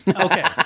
Okay